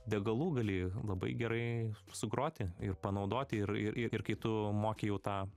degalų gali labai gerai sugroti ir panaudoti ir ir ir ir kai tu moki jau tą